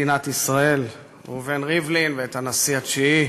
נשיא מדינת ישראל ראובן ריבלין, והנשיא התשיעי